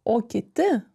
o kiti